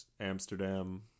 Amsterdam